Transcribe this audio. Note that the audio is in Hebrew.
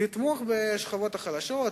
לתמוך בשכבות החלשות,